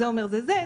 זה אמר: זה זה,